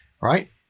right